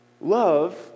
love